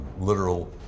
literal